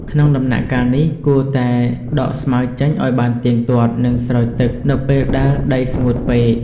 ក្នុងដំណាក់កាលនេះ គួរតែដកស្មៅចេញឱ្យបានទៀងទាត់ និងស្រោចទឹកនៅពេលដែលដីស្ងួតពេក។